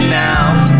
now